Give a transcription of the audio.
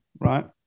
right